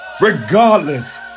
regardless